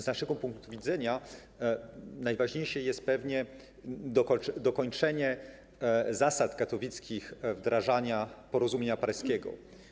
Z naszego punktu widzenia najważniejsze jest pewnie dokończenie zasad katowickich, wdrażania porozumienia paryskiego.